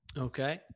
Okay